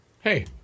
Hey